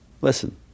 Listen